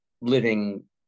living